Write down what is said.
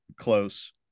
close